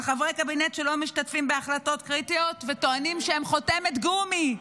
על חברי קבינט שלא משתתפים בהחלטות קריטיות וטוענים שהם חותמת גומי.